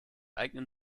eignen